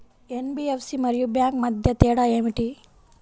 NBFC మరియు bank మధ్య తేడా ఏమిటీ?